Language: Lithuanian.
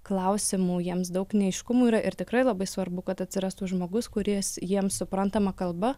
klausimų jiems daug neaiškumų yra ir tikrai labai svarbu kad atsirastų žmogus kuris jiems suprantama kalba